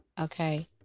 okay